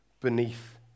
beneath